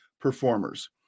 performers